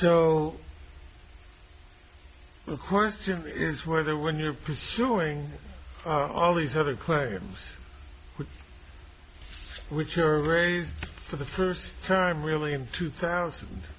so the question is whether when you're pursuing all these other claims which are raised for the first time really in two thousand